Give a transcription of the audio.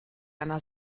einer